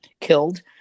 killed